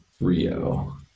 rio